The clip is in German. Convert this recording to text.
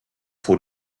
vor